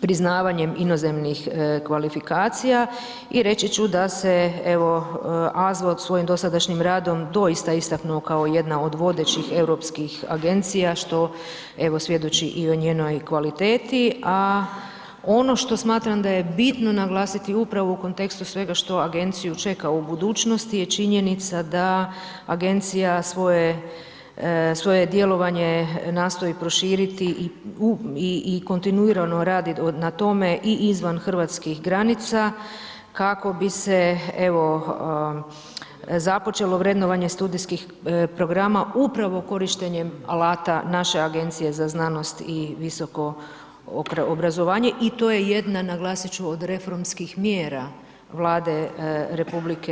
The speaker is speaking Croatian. priznavanjem inozemnih kvalifikacija i reći ću da se evo AZVO svojim dosadašnjim radom doista istaknuo kao jedna od vodećih europskih agencija što evo svjedoči i o njenoj kvaliteti, a ono što smatram da je bitno naglasiti upravo u kontekstu svega što agenciju čeka u budućnosti je činjenica da agencija svoje djelovanje nastoji proširiti i kontinuirano radi na tome i izvan hrvatskih granica, kako bi se evo započelo vrednovanje studijskih programa upravo korištenjem alata naše agencija za znanost i visoko obrazovanje i to je jedna naglasit ću od reformskih mjera Vlade RH.